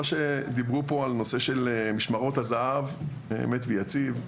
מה שדיברו פה על נושא של משמרות הזהב, אמת ויציב.